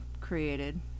created